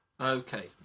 Okay